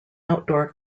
outdoor